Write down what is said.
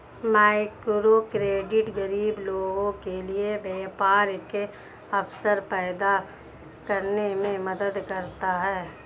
microcredit गरीब लोगों के लिए व्यापार के अवसर पैदा करने में मदद करता है